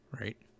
right